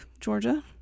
Georgia